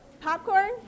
popcorn